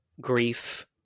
grief